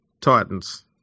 Titans